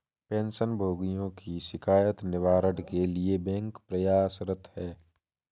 pension भोगियों की शिकायत निवारण के लिए बैंक प्रयासरत है